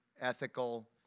ethical